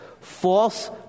False